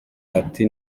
ati